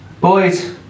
Boys